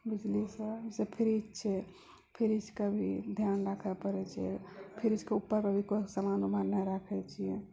बिजलीसँ फ्रिज छै फ्रिजके भी ध्यान राखै पड़े छै फ्रिजके ऊपर कोई सामान वामान नहि राखै छिए